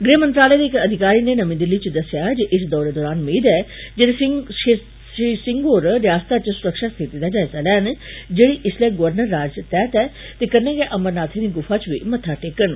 गृहमंत्रालय दे इक अधिकारी ने नमीं दिल्ली इच दस्सेया ऐ जे इस दौरे दौरान मेद ऐ जे श्री सिंह होर रियास्ता इच सुरक्षा स्थिति दा जायजा लैन जेड़ी इसलै गवर्नर राज तैहत ऐ ते कन्ने गे अमरनाथै दी गुफा बी मत्था टेकन